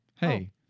hey